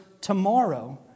tomorrow